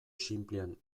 xinplean